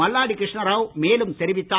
மல்லாடி கிருஷ்ணராவ் மேலும் தெரிவித்தார்